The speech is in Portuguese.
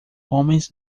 homens